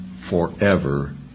forever